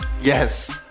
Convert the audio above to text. Yes